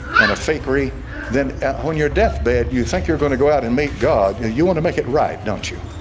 and a fakery then on your deathbed you think you're going to go out and meet god you want to make it right, don't you?